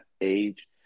age